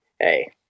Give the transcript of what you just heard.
Hey